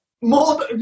More